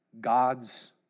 God's